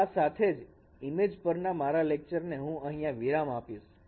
તો આ સાથે જ ઈમેજ પરના મારા લેક્ચર ને હું અહીંયા વિરામ આપીશ